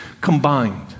combined